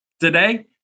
Today